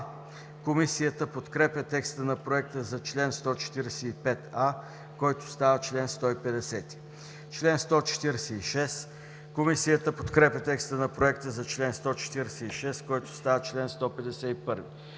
Комисията подкрепя текста на Проекта за чл. 139, който става чл. 143. Комисията подкрепя текста на Проекта за чл. 140, който става чл. 144.